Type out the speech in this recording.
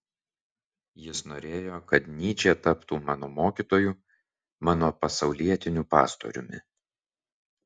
jis norėjo kad nyčė taptų mano mokytoju mano pasaulietiniu pastoriumi